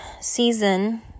season